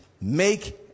Make